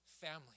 family